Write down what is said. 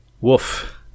Woof